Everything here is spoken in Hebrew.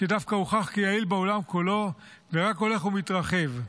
שדווקא הוכח כיעיל בעולם כולו ורק הולך ומתרחב.